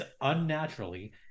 unnaturally